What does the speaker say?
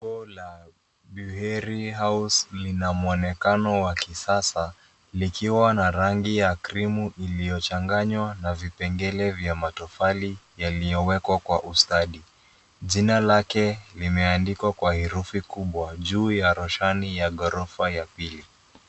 Nembo ya Bureri House linamwonekano wa kisasa likiwa na rangi ya krimu iliyochanganywa na vipengele vya matofali yaliyowekwa kwa ustadi. Jina lake limeandikwa kwa herufi kubwa juu ya roshani ya ghorofa ya pili.